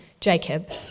Jacob